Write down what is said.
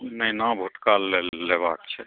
नेना भुटका लऽ लेबाक छै